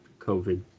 COVID